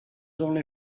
only